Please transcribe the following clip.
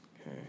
Okay